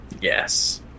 Yes